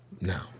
No